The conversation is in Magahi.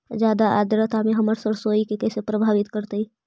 जादा आद्रता में हमर सरसोईय के कैसे प्रभावित करतई?